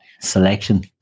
selection